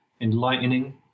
enlightening